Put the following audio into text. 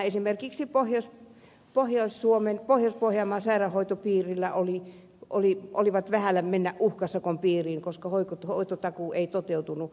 esimerkiksi pohjois pohjanmaan sairaanhoitopiiri oli vähällä mennä uhkasakon piiriin koska hoitotakuu ei toteutunut